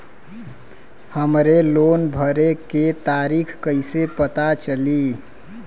हमरे लोन भरे के तारीख कईसे पता चली?